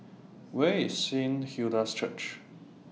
Where IS Saint Hilda's Church